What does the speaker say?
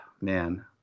man